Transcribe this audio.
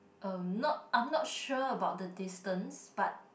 uh not I'm not sure about the distance but